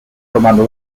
tomando